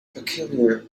peculiar